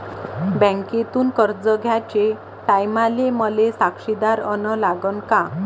बँकेतून कर्ज घ्याचे टायमाले मले साक्षीदार अन लागन का?